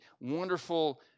wonderful